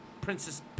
Princess